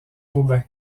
aubin